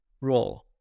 role